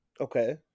Okay